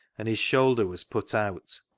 and his shoulder was put out.